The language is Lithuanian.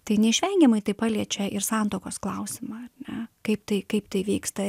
tai neišvengiamai tai paliečia ir santuokos klausimą ar ne kaip tai kaip tai vyksta